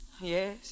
Yes